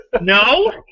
no